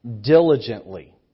Diligently